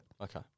Okay